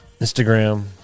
Instagram